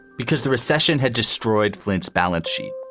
because the recession had destroyed flint's balance sheet.